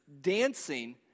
dancing